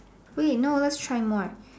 wait no lets try more